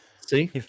See